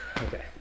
Okay